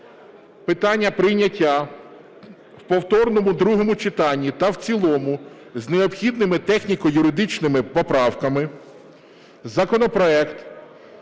питання прийняття в повторному другому читанні та в цілому з необхідними техніко-юридичними поправками законопроект